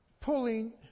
pulling